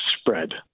spread